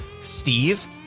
Steve